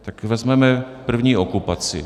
Tak to vezmeme první okupaci.